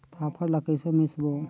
फाफण ला कइसे मिसबो?